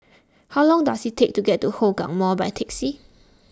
how long does it take to get to Hougang Mall by taxi